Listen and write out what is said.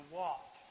walk